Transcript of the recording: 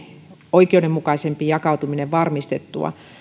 oikeudenmukaisempi jakautuminen on saatava varmistettua